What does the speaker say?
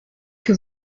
que